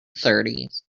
thirties